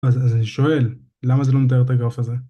אז אני שואל, למה זה לא מתאר את הגרף הזה?